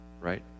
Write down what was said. right